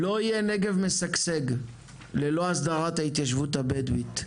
לא יהיה נגב משגשג ללא הסדרת ההתיישבות הבדואית,